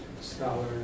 scholar